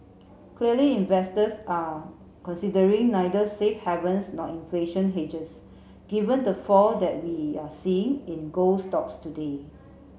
clearly investors are considering neither safe havens nor inflation hedges given the fall that we're seeing in gold stocks today